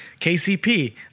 KCP